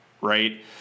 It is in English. right